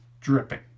dripping